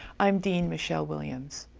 i'm dean michelle williams.